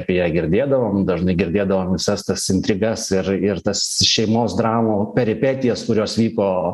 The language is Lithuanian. apie ją girdėdavom dažnai girdėdavom visas tas intrigas ir ir tas šeimos dramų peripetijas kurios vyko